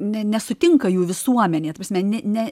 nesutinka jų visuomenė ta prasme ne ne